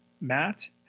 Matt